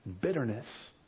bitterness